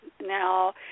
Now